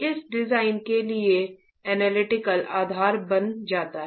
इस डिजाइन के लिए एनालिटिकल आधार बन जाता है